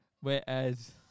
Whereas